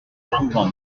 souvent